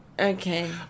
Okay